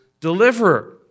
deliverer